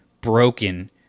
broken